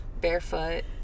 Barefoot